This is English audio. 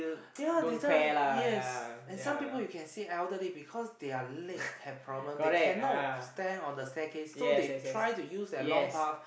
ya that time yes and some people you can see elderly because their leg have problem they cannot stand on the staircase so they try to use their long path